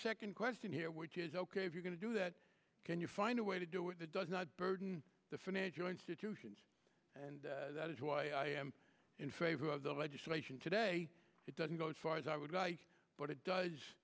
second question here which is ok if you're going to do that can you find a way to do with it does not burden the financial institutions and that is why i am in favor of the legislation today it doesn't go too far as i would like but it does